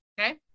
Okay